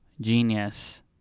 genius